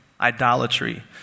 idolatry